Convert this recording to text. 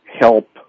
help